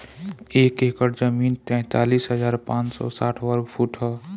एक एकड़ जमीन तैंतालीस हजार पांच सौ साठ वर्ग फुट ह